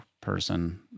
person